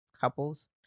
couples